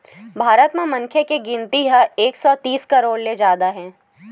भारत म मनखे के गिनती ह एक सौ तीस करोड़ ले जादा हे